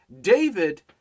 David